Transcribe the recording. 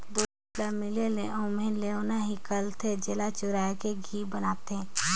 दूद ल मले ले ओम्हे लेवना हिकलथे, जेला चुरायके घींव बनाथे